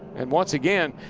and once again,